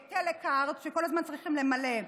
טלכרט, שכל הזמן צריכים למלא.